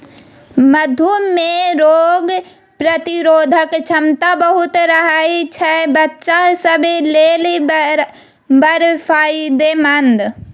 मधु मे रोग प्रतिरोधक क्षमता बहुत रहय छै बच्चा सब लेल बड़ फायदेमंद